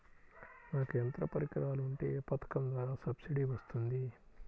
నాకు యంత్ర పరికరాలు ఉంటే ఏ పథకం ద్వారా సబ్సిడీ వస్తుంది?